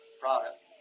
product